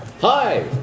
hi